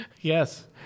yes